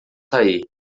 sair